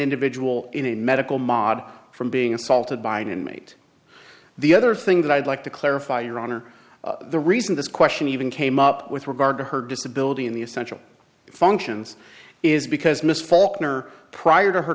individual in a medical mob from being assaulted by an inmate the other thing that i'd like to clarify your honor the reason this question even came up with regard to her disability in the essential functions is because miss falkner prior to her